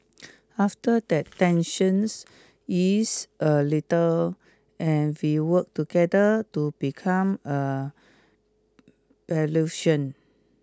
after that tensions ease a little and we work together to become a